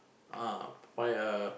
ah find a